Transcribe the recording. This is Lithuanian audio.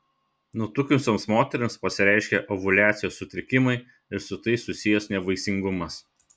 nutukusioms moterims pasireiškia ovuliacijos sutrikimai ir su tai susijęs nevaisingumas